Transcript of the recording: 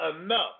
enough